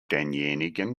denjenigen